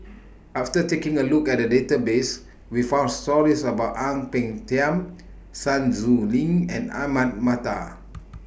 after taking A Look At The Database We found stories about Ang Peng Tiam Sun Xueling and Ahmad Mattar